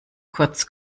kurz